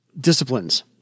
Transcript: disciplines